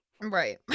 Right